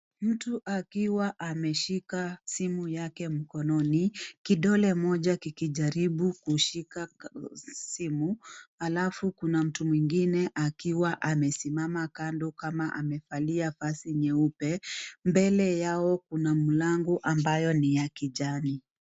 Mtu akiwa ameshika simu yake mkononi, kidole moja kikijaribu kushika simu alafu kuna mtu mwingine akiwa amesimama kando kama amevalia vaxi nyeupe, mbele yao kuna mlango ambayo ni ya kijani.